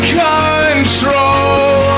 control